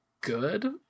good